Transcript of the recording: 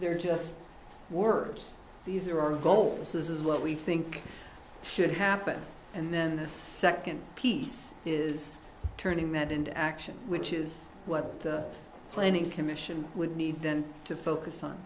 they're just words these are our goal this is what we think should happen and then the second piece is turning that into action which is what the planning commission would need then to focus